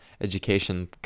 education